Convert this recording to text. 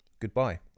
goodbye